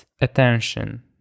attention